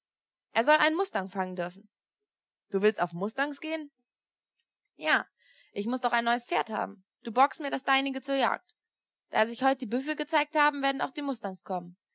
er soll einen mustang fangen dürfen du willst auf mustangs gehen ja ich muß doch ein neues pferd haben du borgst mir das deinige zur jagd da sich heut die büffel gezeigt haben werden auch die mustangs kommen